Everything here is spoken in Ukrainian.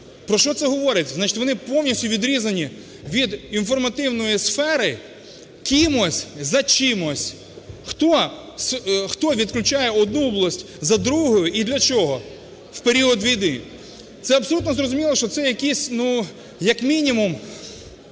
Про що це говорить? Значить, вони повністю відрізані від інформативної сфери кимось за чимось. Хто відключає одну область за другою і для чого в період війни? Це абсолютно зрозуміло, що це якийсь як мінімум